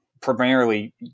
primarily